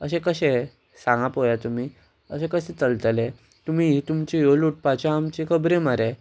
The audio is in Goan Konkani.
अशें कशें सांगां पोव्या तुमी अशें कशें चलतलें तुमी ही तुमच्यो ह्यो लुटपाच्यो आमच्यो खबरो मरे